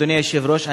אדוני היושב-ראש,